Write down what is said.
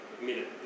minute